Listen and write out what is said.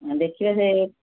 ହଁ ଦେଖିବା ସେ